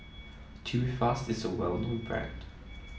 Tubifast is a well known brand